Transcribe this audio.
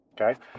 Okay